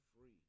free